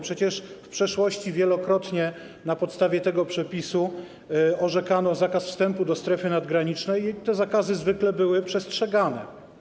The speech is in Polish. Przecież w przeszłości wielokrotnie na podstawie tego przepisu orzekano zakaz wstępu do strefy nadgranicznej, te zakazy zwykle były przestrzegane.